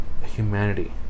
humanity